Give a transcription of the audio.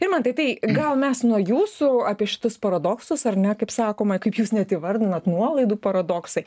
irmantai tai gal mes nuo jūsų apie šitus paradoksus ar ne kaip sakoma kaip jūs net įvardinat nuolaidų paradoksai